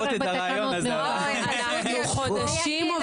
בחוק ההסדרים הקרוב